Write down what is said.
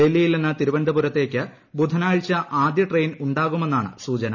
ഡൽഹിയിൽ നിന്ന് തിരുവനന്തപുരത്തേയ്ക്ക് ബുധനാഴ്ച ആദ്യ ട്രെയിൻ ഉണ്ടാകുമെന്നാണ് സൂചന